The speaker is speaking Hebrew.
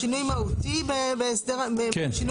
שינוי מהותי בהפחתה?